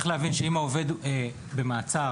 אם העובד במעצר,